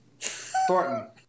Thornton